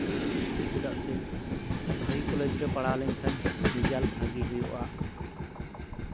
ᱪᱮᱫᱟᱜ ᱥᱮ ᱵᱷᱟᱹᱜᱤ ᱠᱚᱞᱮᱡᱽᱨᱮ ᱯᱟᱲᱦᱟᱣ ᱞᱮᱱᱠᱷᱟᱱ ᱨᱮᱡᱟᱞᱴ ᱵᱷᱟᱜᱮ ᱦᱩᱭᱩᱜᱼᱟ